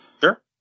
Sure